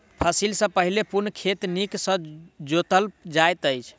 फसिल सॅ पहिने पूर्ण खेत नीक सॅ जोतल जाइत अछि